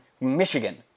Michigan